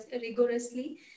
rigorously